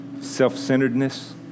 self-centeredness